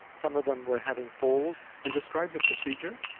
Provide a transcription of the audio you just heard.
some of them were having falls. and describe the procedure.